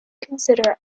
consider